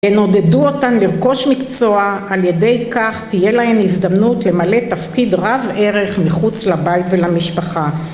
הן עודדו אותן לרכוש מקצוע על ידי כך תהיה להן הזדמנות למלא תפקיד רב ערך מחוץ לבית ולמשפחה